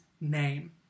name